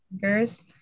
fingers